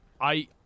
I-